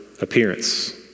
appearance